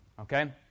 okay